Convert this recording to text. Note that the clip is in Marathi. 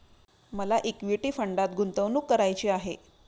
मला इक्विटी फंडात गुंतवणूक करायची आहे